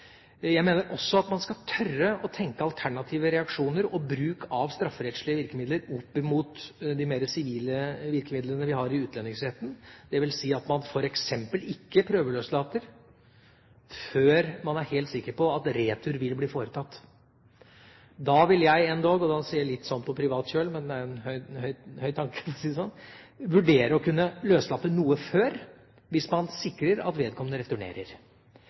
Jeg mener også at man skal tørre å tenke alternative reaksjoner og bruk av strafferettslige virkemidler opp mot de mer sivile virkemidlene vi har i utlendingsretten, dvs. at man f.eks. ikke prøveløslater før man er helt sikker på at retur vil bli foretatt. Da vil jeg endog – det sier jeg litt sånn på privat kjøl, men det er en høy tanke, for å si det sånn – vurdere å kunne løslate noe før, hvis man sikrer at vedkommende returnerer.